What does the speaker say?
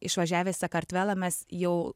išvažiavę į sakartvelą mes jau